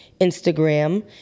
Instagram